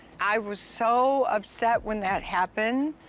i was so upset when that happened.